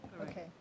Okay